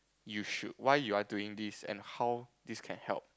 you should why you are doing this and how this can help